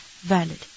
valid